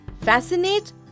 fascinate